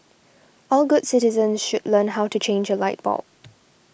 all good citizens should learn how to change a light bulb